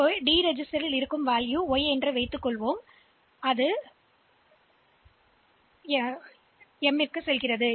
எனவே டி பதிவேட்டில் இப்போது y மதிப்பு கிடைத்துள்ளது பின்னர் அது MOV M A என்று கூறுகிறது